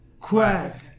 Quack